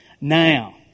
now